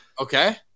Okay